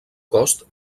cost